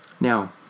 Now